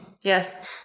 yes